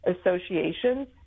associations